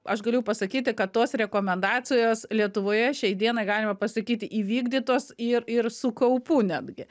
aš galiu pasakyti kad tos rekomendacijos lietuvoje šiai dienai galima pasakyti įvykdytos ir ir su kaupu netgi